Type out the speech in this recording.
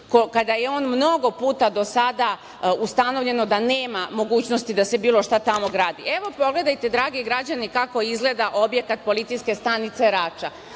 kada je on mnogo puta do sada ustanovljeno da nema mogućnosti da se bilo šta tamo gradi. Evo pogledajte, dragi građani, kako izgleda objekat policijske stanice Rača.